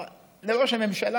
לראש הממשלה,